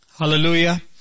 Hallelujah